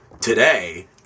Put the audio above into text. today